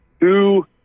two